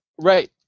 Right